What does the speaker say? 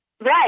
right